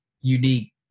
unique